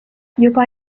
juba